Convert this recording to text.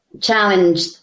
challenge